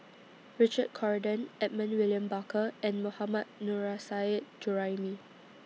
Richard Corridon Edmund William Barker and Mohammad Nurrasyid Juraimi